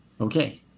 Okay